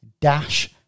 dash